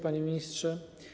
Panie Ministrze!